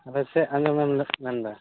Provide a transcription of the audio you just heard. ᱟᱫᱚ ᱪᱮᱫ ᱟᱸᱡᱚᱢᱮᱢ ᱢᱮᱱᱮᱫᱟ